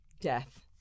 death